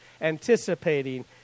anticipating